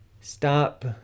stop